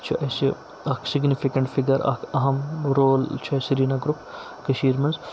چھُ اَسہِ اَکھ سِگنِفِکٮ۪نٹ فِگَر اَکھ اَہم رول چھُ اَسہِ سرینَگرُک کٔشیٖر منٛز